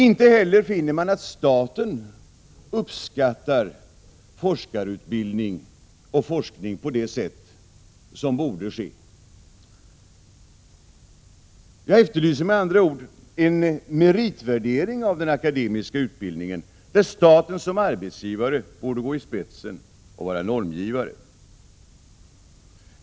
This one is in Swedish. Inte heller finner man att staten uppskattar forskarutbildning och forskning på det sätt som borde ske. Jag efterlyser med andra ord en meritvärdering av den akademiska utbildningen, där staten som arbetsgivare borde gå i spetsen och vara normgivare.